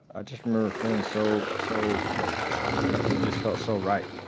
i just remember feeling so, so, like like it just felt so right.